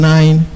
Nine